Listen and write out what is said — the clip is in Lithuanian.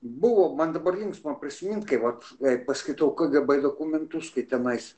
buvo man dabar linksma prisiminti kai vat kai paskaitau kgb dokumentus tai tenais